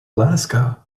alaska